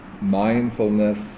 mindfulness